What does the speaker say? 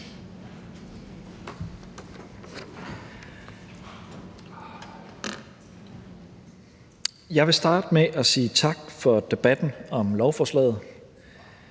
Jeg vil starte med at sige tak for debatten om lovforslaget.